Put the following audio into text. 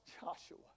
Joshua